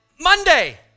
Monday